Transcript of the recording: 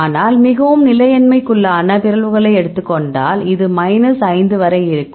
ஆனால் மிகவும் நிலையின்மைக்குள்ளான பிறழ்வுகளை எடுத்துக் கொண்டால் இது மைனஸ் 5 வரை இருக்கும்